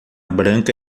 branca